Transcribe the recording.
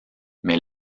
mais